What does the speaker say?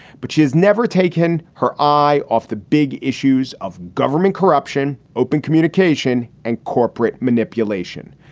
but she has never taken her eye off the big issues of government corruption, open communication and corporate manipulation.